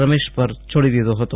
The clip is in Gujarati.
રમેશ પર છોડી દીધો હતો